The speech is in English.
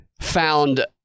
found